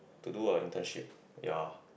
to do a internship ya